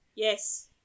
Yes